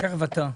תכף אתה.